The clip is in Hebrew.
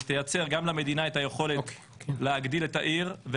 שתייצר גם למדינה את היכולת להגדיל את העיר,